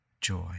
joy